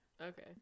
Okay